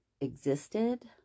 existed